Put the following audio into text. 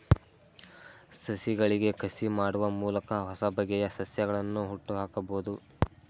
ಸಸಿಗಳಿಗೆ ಕಸಿ ಮಾಡುವ ಮೂಲಕ ಹೊಸಬಗೆಯ ಸಸ್ಯಗಳನ್ನು ಹುಟ್ಟುಹಾಕಬೋದು